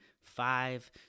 five